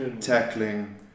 tackling